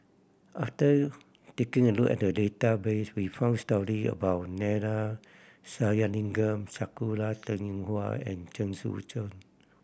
after taking a look at the database we found story about Neila Sathyalingam Sakura Teng Ying Hua and Chen Sucheng